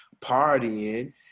partying